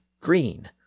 green